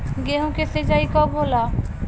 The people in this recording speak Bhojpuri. गेहूं के सिंचाई कब होला?